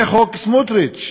זה חוק סמוטריץ,